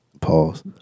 Pause